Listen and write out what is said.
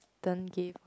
don't give